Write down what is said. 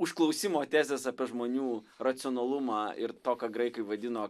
užklausimo tezės apie žmonių racionalumą ir to ką graikai vadino